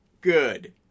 good